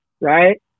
right